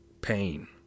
Pain